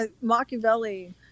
Machiavelli